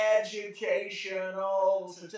educational